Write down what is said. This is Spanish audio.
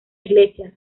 iglesias